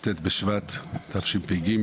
כ"ט בשבט התשפ"ג,